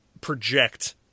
project